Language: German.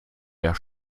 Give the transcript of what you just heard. der